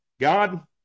God